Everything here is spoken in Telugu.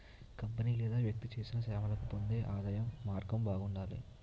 కంపెనీ లేదా వ్యక్తి చేసిన సేవలకు పొందే ఆదాయం మార్గం బాగుండాలి